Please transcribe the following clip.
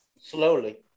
Slowly